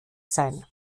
sein